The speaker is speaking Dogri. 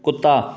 कुत्ता